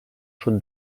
sud